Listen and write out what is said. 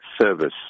service